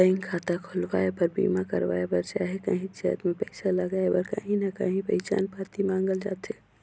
bank खाता खोलवाए बर, बीमा करवाए बर चहे काहींच जाएत में पइसा लगाए बर काहीं ना काहीं पहिचान पाती मांगल जाथे